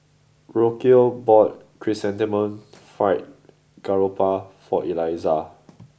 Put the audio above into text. Rocio bought Chrysanthemum Fried Garoupa for Eliza